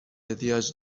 احتیاج